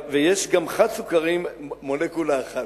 ויש גם חד-סוכרים, מולקולה אחת.